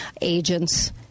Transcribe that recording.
agents